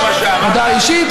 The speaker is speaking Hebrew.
הודעה אישית,